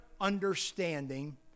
understanding